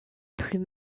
plus